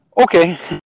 okay